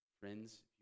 Friends